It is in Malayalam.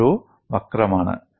ഇതൊരു വക്രമാണ്